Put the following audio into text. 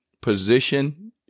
position